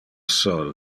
sol